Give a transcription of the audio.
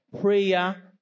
prayer